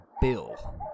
Bill